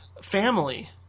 family